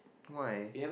why